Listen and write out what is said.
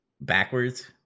backwards